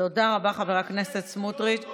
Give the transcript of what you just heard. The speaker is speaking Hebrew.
תודה רבה, חבר הכנסת סמוטריץ'.